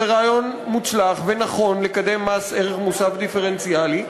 רעיון מוצלח ונכון לקדם מס ערך מוסף דיפרנציאלי,